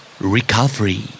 Recovery